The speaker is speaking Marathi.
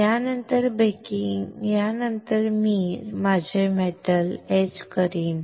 यानंतर बेकिंगनंतर मी माझे धातू कोरीन